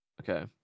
okay